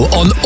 on